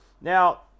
Now